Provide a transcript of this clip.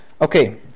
Okay